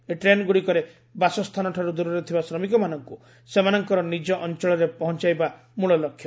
ଏହି ଟ୍ରେନ୍ଗୁଡ଼ିକରେ ବାସସ୍ଥାନଠାରୁ ଦୂରରେ ଥିବା ଶ୍ରମିକମାନଙ୍କୁ ସେମାନଙ୍କର ନିଜ ଅଂଚଳରେ ପହଂଚାଇବା ମୂଳ ଲକ୍ଷ୍ୟ